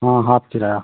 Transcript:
हाँ हाफ़ किराया